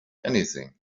anything